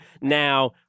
Now